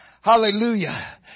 Hallelujah